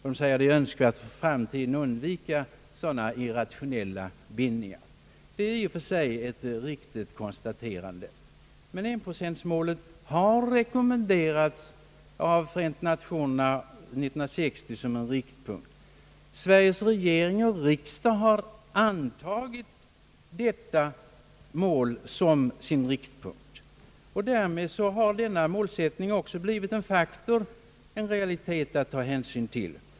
De säger att det är önskvärt att sådana irrationella bindningar kan för framtiden undvikas. Detta är i och för sig ett riktigt kon Statsverkspropositionen m.m. staterande. Men enprocentsmålet har rekommenderats av Förenta Nationerna år 1960 såsom riktpunkt. Sveriges regering och riksdag har antagit detta som sin riktpunkt, och därmed har denna målsättning också blivit en faktor att ta hänsyn till.